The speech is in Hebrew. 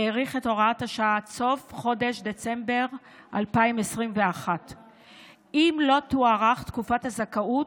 האריך את הוראת השעה עד סוף חודש דצמבר 2021. אם לא תוארך תקופת הזכאות,